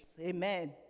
Amen